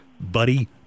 buddy